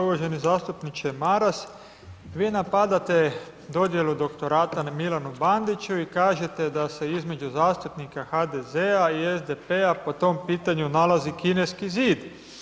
Uvaženi zastupniče Maras, vi napadate dodjelu doktorata Milanu Bandiću i kažete da se između zastupnika HDZ-a i SDP-a po tom pitanju nalazi Kineski zid.